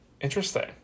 Interesting